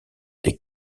des